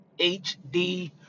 HD